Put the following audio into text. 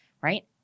Right